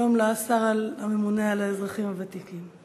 שלום לשר הממונה על האזרחים הוותיקים.